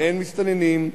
אין מסתננים,